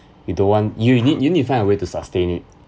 you don't want you need you need to find a way to sustain it